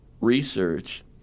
research